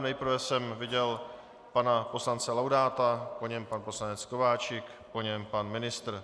Nejprve jsem viděl pana poslance Laudáta, po něm pan poslanec Kováčik, po něm pan ministr.